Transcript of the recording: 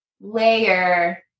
layer